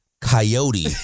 coyote